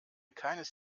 keines